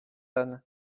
anne